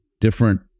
different